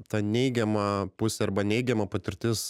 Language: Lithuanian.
ta neigiama pusė arba neigiama patirtis